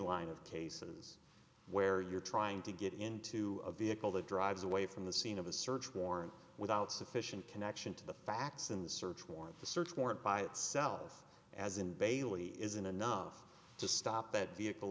line of cases where you're trying to get into a vehicle that drives away from the scene of a search warrant without sufficient connection to the facts in the search warrant the search warrant by itself as in bailey isn't enough to stop that vehicle